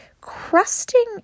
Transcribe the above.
crusting